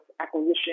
acquisition